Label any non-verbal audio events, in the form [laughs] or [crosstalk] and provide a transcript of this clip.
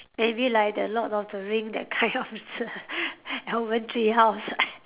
maybe like the Lord of the Ring that kind of s~ [laughs] elf er treehouse